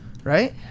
Right